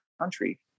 country